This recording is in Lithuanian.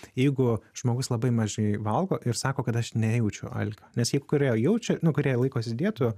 jeigu žmogus labai mažai valgo ir sako kad aš nejaučiu alkio nes jeigu kurie jaučia nu kurie laikosi dietų